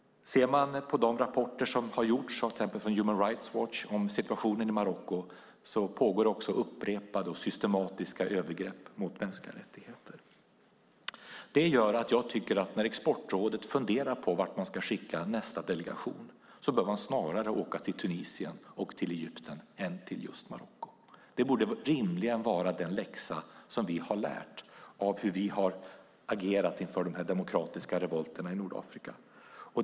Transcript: Om man ser på de rapporter som har gjorts av till exempel Human Rights Watch om situationen i Marocko pågår också upprepade och systematiska övergrepp mot mänskliga rättigheter. Detta gör att jag tycker att när Exportrådet funderar på vart man ska skicka nästa delegation bör man snarare åka till Tunisien och till Egypten än till just Marocko. Det borde rimligen vara den läxa som vi har lärt av hur vi har agerat inför de demokratiska revolterna i Nordafrika.